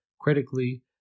Critically